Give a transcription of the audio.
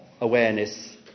awareness